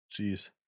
Jeez